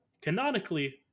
canonically